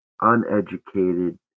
uneducated